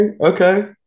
Okay